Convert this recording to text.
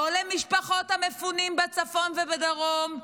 לא למשפחות המפונים בצפון ובדרום,